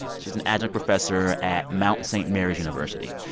she's an adjunct professor at mount st. mary's university.